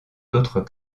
d’autres